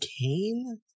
Kane